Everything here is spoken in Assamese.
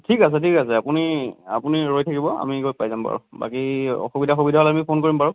ঠিক আছে ঠিক আছে আপুনি আপুনি ৰৈ থাকিব আমি গৈ পাই যাম বাৰু বাকী অসুবিধা চসুবিধা হ'লে আমি ফোন কৰিম বাৰু